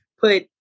put